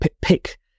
pick